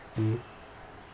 mmhmm